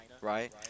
right